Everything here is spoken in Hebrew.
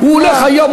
הוא הולך היום,